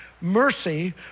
mercy